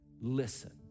listen